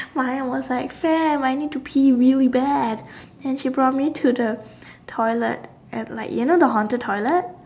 Maya was like Sam I need to pee really bad and she brought me to the toilet at like you know the haunted toilet